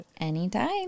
anytime